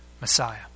Messiah